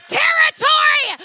territory